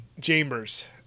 Chambers